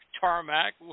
tarmac